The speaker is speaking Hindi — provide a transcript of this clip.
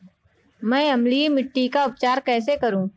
मैं अम्लीय मिट्टी का उपचार कैसे करूं?